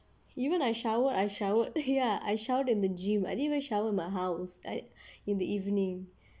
even I showered I showered ya I showered in the gym I didn't even shower at my house like in the evening